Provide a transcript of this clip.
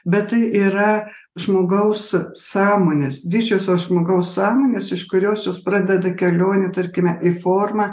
bet tai yra žmogaus sąmonės didžiosios žmogaus sąmonės iš kurios jos pradeda kelionę tarkime į formą